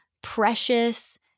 precious